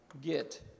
get